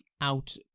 out